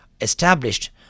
established